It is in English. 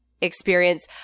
experience